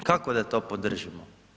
Kako da to podržimo?